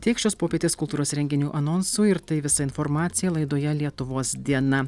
tiek šios popietės kultūros renginių anonsų ir tai visa informacija laidoje lietuvos diena